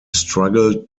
struggled